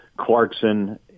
Clarkson